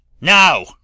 Now